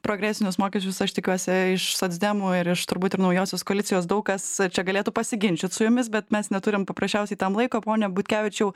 progresinius mokesčius aš tikiuosi iš socdemų ir iš turbūt ir naujosios koalicijos daug kas čia galėtų pasiginčyt su jumis bet mes neturim paprasčiausiai tam laiko pone butkevičiau